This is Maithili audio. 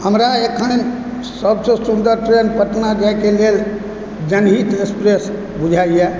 हमरा अखन सभसे सुन्दर ट्रेन पटना जाइके लेल जनहित एक्सप्रेस बुझाइए